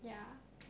ya